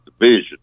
division